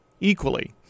equally